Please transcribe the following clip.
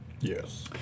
Yes